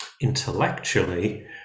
intellectually